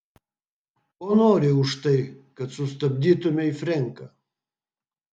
ko nori už tai kad sustabdytumei frenką